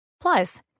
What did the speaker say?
Plus